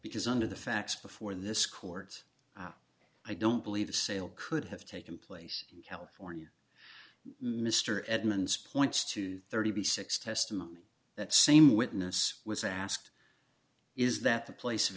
because under the facts before this cords i don't believe the sale could have taken place in california mr edmunds points to thirty six testimony that same witness was asked is that the place of